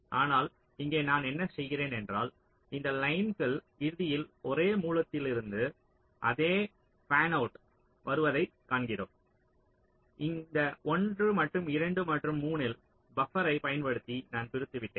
ஆனால் இங்கே நான் என்ன செய்கிறேன் என்றால் இந்த லைன்ஸ்கள் இறுதியில் ஒரே மூலத்திலிருந்து அதே ஃபேன்அவுட் வருவதைக் காண்கிறோம் இந்த 1 மற்றும் 2 மற்றும் 3 இல் பப்பரை பயன்படுத்தி நான் பிரிந்துவிட்டேன்